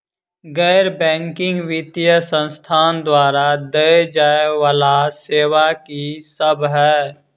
गैर बैंकिंग वित्तीय संस्थान द्वारा देय जाए वला सेवा की सब है?